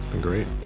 great